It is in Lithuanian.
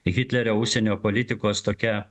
hitlerio užsienio politikos tokia